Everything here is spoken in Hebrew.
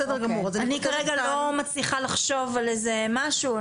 אני כרגע לא מצליחה לחשוב על איזה משהו,